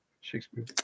Shakespeare